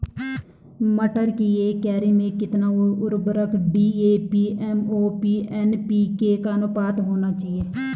मटर की एक क्यारी में कितना उर्वरक डी.ए.पी एम.ओ.पी एन.पी.के का अनुपात होना चाहिए?